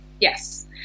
Yes